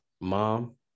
mom